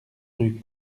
rue